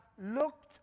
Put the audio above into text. looked